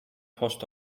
post